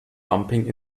bumping